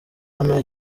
hano